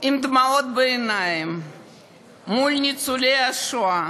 עם דמעות בעיניים מול ניצולי השואה,